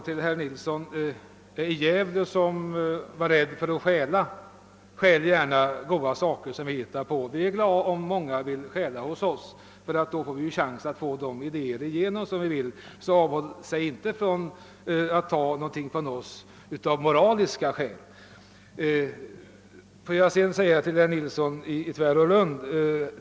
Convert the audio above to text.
Till herr Nilsson i Gävle som var rädd för att stjäla vill jag säga: Stjäl gärna bra saker som vi hittar på! Vi är glada om många vill stjäla hos oss ty då får vi en chans att få igenom de idéer vi tror på. Var inte rädd att ta goda idéer ifrån oss av moraliska skäl.